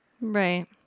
Right